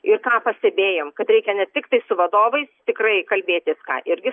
ir ką pastebėjom kad reikia ne tiktai su vadovais tikrai kalbėtis ką irgi